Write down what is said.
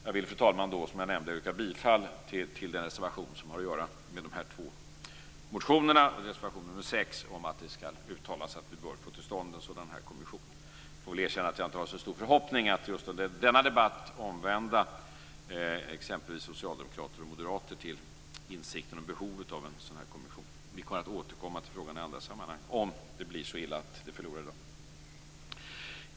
Jag vill som jag nämnde, fru talman, yrka bifall till den reservation som har att göra med de här två motionerna, alltså reservation nr 6. Enligt den skall det uttalas att vi bör få till stånd en sådan här kommission. Jag får väl erkänna att jag inte har så stor förhoppning om att just under denna debatt omvända exempelvis socialdemokrater och moderater till insikten om behovet av en sådan här kommission. Vi kommer att återkomma till frågan i andra sammanhang om det blir så illa att vi förlorar i dag.